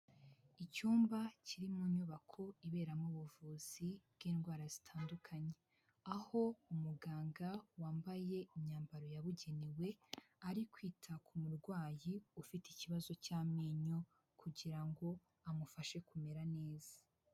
Icyumba kiri mu nyubako iberamo ubuvuzi bw'indwara zitandukanye, aho umuganga wambaye imyambaro yabugenewe ari kwita ku murwayi ufite ikibazo cy'amenyo kugira ngo amufashe kumera neza.